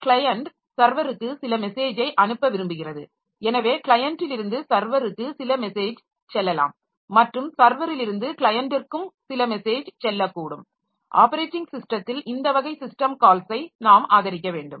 client சர்வருக்கு சில மெசேஜை அனுப்ப விரும்புகிறது எனவே க்ளையண்டிலிருந்து சர்வருக்கு சில மெசேஜ் செல்லலாம் மற்றும் சர்வரிலிருந்து க்ளையண்டிற்கும் சில மெசேஜ் செல்லக்கூடும் ஆப்பரேட்டிங் ஸிஸ்டத்தில் இந்த வகை சிஸ்டம் கால்ஸை நாம் ஆதரிக்க வேண்டும்